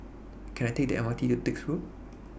Can I Take The M R T to Dix Road